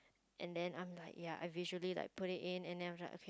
and then I'm like ya I visually like put it in and then I'm like okay